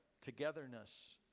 togetherness